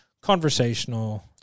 conversational